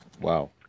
Wow